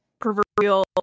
proverbial